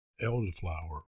elderflower